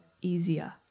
easier